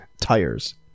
Tires